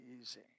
easy